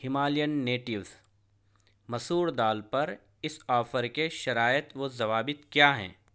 Himalayan natives مسور دال پر اس آفر کے شرائط و ضوابط کیا ہیں